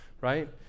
right